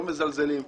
לא מזלזלים,